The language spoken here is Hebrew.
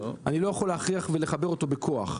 אני לא יכול להכריח ולחבר אותו בכוח.